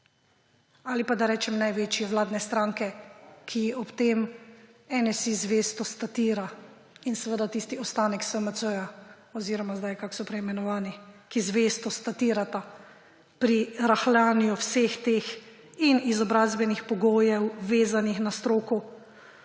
ali pa, če rečem, največje vladne stranke, ki ji ob tem NSi zvesto statira in seveda tisti ostanek SMC oziroma kako so zdaj preimenovani, ki zvesto statirata pri rahljanju vseh teh in izobrazbenih pogojev vezanih na stroko,